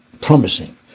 Promising